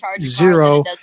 zero